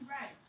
right